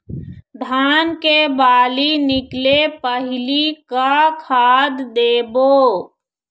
धान के बाली निकले पहली का खाद देबो?